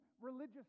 religious